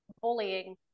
bullying